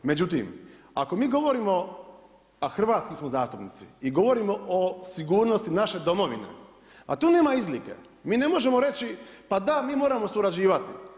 Međutim, ako mi govorimo a hrvatski smo zastupnici i govorimo o sigurnosti naše domovine pa tu nema izlike, mi ne možemo reći pa da mi moramo surađivati.